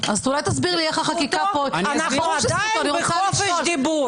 אנחנו עדיין בחופש דיבור.